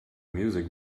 music